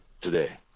today